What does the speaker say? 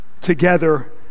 together